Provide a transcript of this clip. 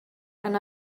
and